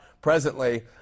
presently